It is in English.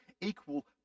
equal